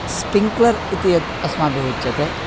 sprinkler इति यत् अस्माभिः उच्यते